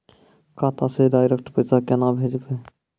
खाता से डायरेक्ट पैसा केना भेजबै?